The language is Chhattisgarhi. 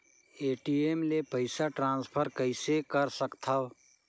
ए.टी.एम ले पईसा ट्रांसफर कइसे कर सकथव?